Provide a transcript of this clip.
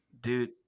Dude